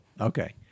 Okay